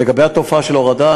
לגבי התופעה של ההורדה,